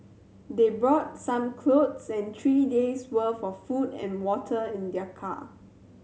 they brought some clothes and three days' worth of food and water in their car